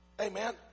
Amen